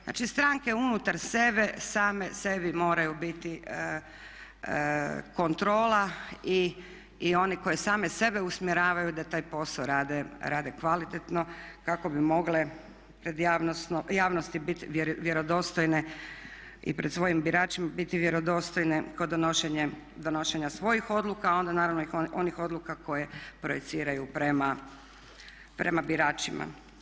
Znači, stranke unutar sebe same sebi moraju biti kontrola i one koje same sebe usmjeravaju da taj posao rade kvalitetno kako bi mogle pred javnosti bit vjerodostojne i pred svojim biračima biti vjerodostojne kod donošenja svojih odluka, a onda naravno i onih odluka koje projiciraju prema biračima.